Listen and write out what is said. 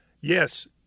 yes